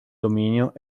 dominio